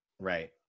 Right